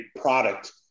product